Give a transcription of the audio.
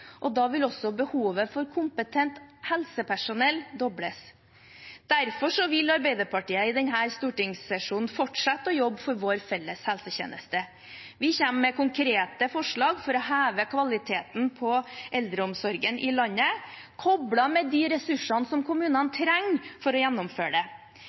og da vil også behovet for kompetent helsepersonell dobles. Derfor vil Arbeiderpartiet i denne stortingssesjonen fortsette å jobbe for vår felles helsetjeneste. Vi kommer med konkrete forslag for å heve kvaliteten på eldreomsorgen i landet, koblet med de ressursene som kommunene trenger for å gjennomføre det.